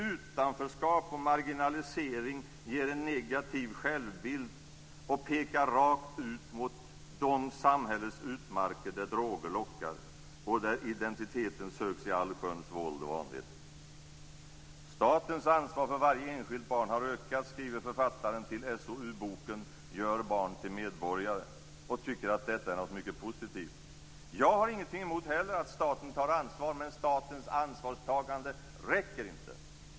Utanförskap och marginalisering ger en negativ självbild och pekar rakt ut mot de samhällets utmarker där droger lockar och där identiteten söks i allsköns våld och vanvett. Statens ansvar för varje enskilt barn har ökat, skriver författaren till SOU-boken Gör barn till medborgare och tycker att detta är något mycket positivt. Jag har heller ingenting emot att staten tar ansvar men statens ansvarstagande räcker inte.